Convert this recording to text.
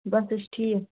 بس أسۍ چھِ ٹھیٖک